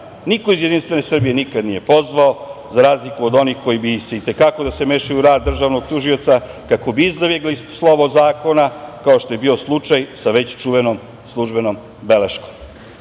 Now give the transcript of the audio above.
Niko iz JS je nikada nije pozvao, za razliku od onih koji bi i te kako da se mešaju u rad Državnog tužioca, kako bi izbegli slovo zakona, kao što je bio slučaj sa već čuvenom službenom beleškom.